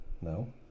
No